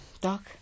Doc